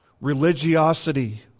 Religiosity